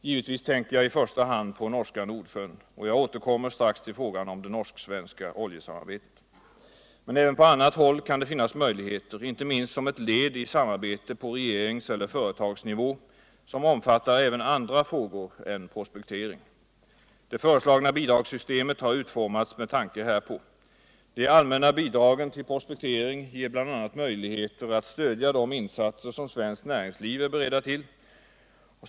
Givetvis tänker jag i första hand på norska Nordsjön, och jag återkommer strax till frågan om det norsk-svenska oljesamarbetet. Men även på annat sätt kan det finnas möjligheter, inte minst som ett led i samarbete på regerings eller företagsnivå som omfattar även andra frågor än prospektering. Det föreslagna bidragssystemet har utformats med tanke härpå. De allmänna bidragen till prospektering ger bl.a. möjligheter att stödja de insatser som svenskt näringsliv är berett att göra.